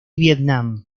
vietnam